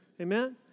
Amen